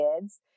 kids